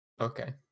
okay